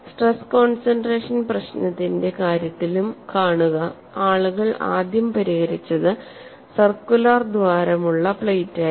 stress concentration പ്രശ്നത്തിന്റെ കാര്യത്തിലും കാണുക ആളുകൾ ആദ്യം പരിഹരിച്ചത് സർക്കുലർ ദ്വാരമുള്ള പ്ലേറ്റായിരുന്നു